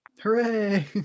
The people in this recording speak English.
Hooray